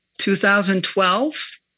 2012